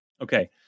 Okay